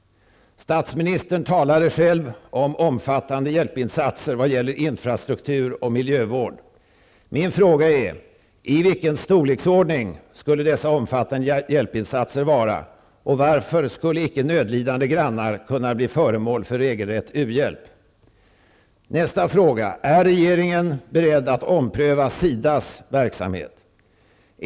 Statsministern talade själv om ''omfattande hjälpinsatser vad gäller infrastruktur och miljövård''. Min fråga är: I vilken storleksordning skulle dessa omfattande hjälpinsatser vara och varför skulle inte nödlidande grannar kunna bli föremål för regelrätt u-hjälp? Jag vill också fråga om regeringen är beredd att ompröva SIDAs verksamhet.